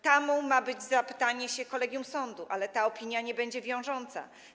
Tamą ma być zapytanie do kolegium sądu, ale ta opinia nie będzie wiążąca.